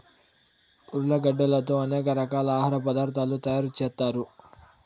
ఉర్లగడ్డలతో అనేక రకాల ఆహార పదార్థాలు తయారు చేత్తారు